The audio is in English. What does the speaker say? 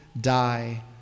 die